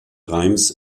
reims